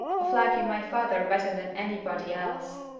of liking my father better than any body else.